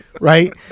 right